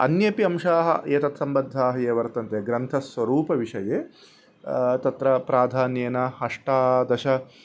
अन्येपि अंशाः एतत्सम्बद्धाः ये वर्तन्ते ग्रन्थस्वरूपविषये तत्र प्राधान्येन अष्टादश